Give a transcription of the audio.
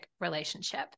relationship